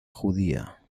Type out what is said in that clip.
judía